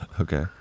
Okay